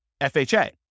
FHA